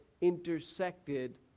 intersected